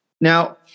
Now